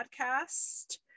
podcast